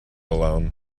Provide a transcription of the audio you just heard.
alone